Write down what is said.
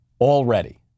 already